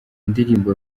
indirimbo